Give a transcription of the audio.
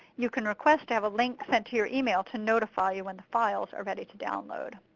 you can request to have a link sent to your email to notify you when the files are ready to download.